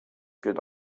gilt